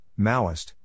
Maoist